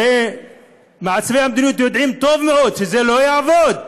הרי מעצבי המדיניות יודעים טוב מאוד שזה לא יעבוד,